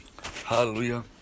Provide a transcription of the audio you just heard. Hallelujah